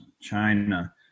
China